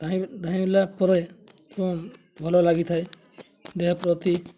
ଧାଇଁ ଧାଇଁଲା ପରେ ମୁଁ ଭଲ ଲାଗିଥାଏ ଦେହ ପ୍ରତି